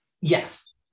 Yes